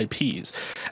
IPs